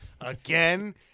again